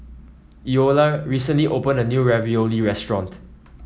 Eola recently opened a new Ravioli restaurant